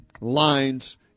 lines